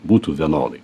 būtų vienodai